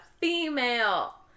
female